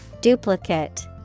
Duplicate